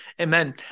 Amen